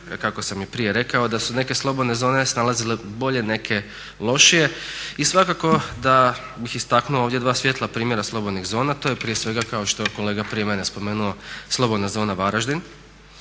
kako sam i prije rekao da su se neke slobodne zone snalazile bolje, neke lošije. Svakako da bih istaknuo ovdje dva svijetla primjera slobodnih zona, to je prije svega kao što je kolega prije mene spomenuo slobodna zona Varaždin